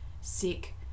sick